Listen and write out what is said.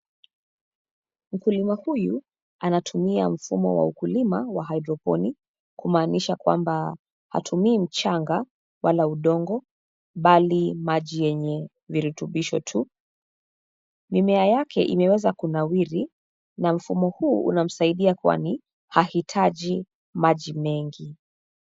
Mkulima huyu anatumia mfumo wa ukulima wa hydroponic kumaanisha kwamba hatumii mchanga wala udongo bali maji yenye virutubisho tu. Mimea yake imeweza kunawiri na mfumo huu unamsaidia kwani ahitaji maji mengi.